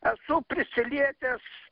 esu prisilietęs